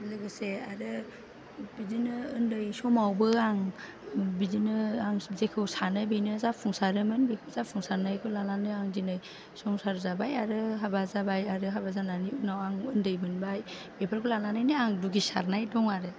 लोगोसे आरो बिदिनो उन्दै समावबो आं बिदिनो आं जेखौ सानो बेनो जाफुंसारोमोन बेखौ जाफुंसारनायखौ लानानै आं दिनै संसार जाबाय आरो हाबा जाबाय आरो हाबा जानानै उनाव आङो उन्दै मोनबाय बेफोरखौ लानानैनो आं दुगिसारनाय दं आरो